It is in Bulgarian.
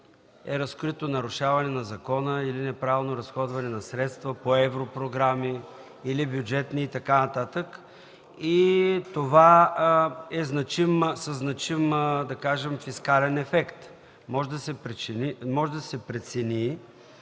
е разкрито нарушаване на закона или неправилно разходване на средства по европрограми или бюджетни средства и това е със значим фискален ефект. Може да се прецени